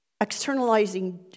Externalizing